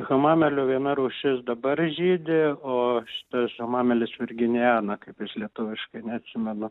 hamamelio viena rūšis dabar žydi o šitas hamamelis virginiana kaip jis lietuviškai neatsimenu